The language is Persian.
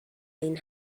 این